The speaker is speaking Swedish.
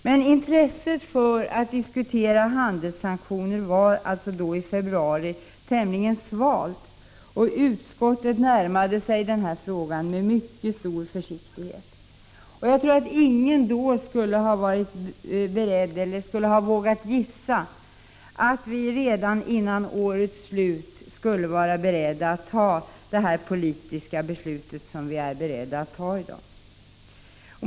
Men intresset för att diskutera handelssanktioner var i februari tämligen svalt, och utskottet närmade sig denna fråga med mycket stor försiktighet. Jag tror att ingen då hade vågat gissa att vi redan innan årets slut skulle vara beredda att ta det politiska beslut vi skall göra i dag.